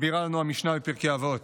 מסבירה לנו המשנה בפרקי אבות.